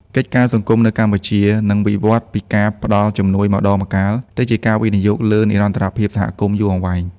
កិច្ចការសង្គមនៅកម្ពុជានឹងវិវឌ្ឍពីការផ្តល់ជំនួយម្តងម្កាល ទៅជាការវិនិយោគលើ និរន្តរភាពសហគមន៍ យូរអង្វែង។